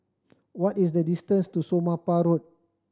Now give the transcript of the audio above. what is the distance to Somapah Road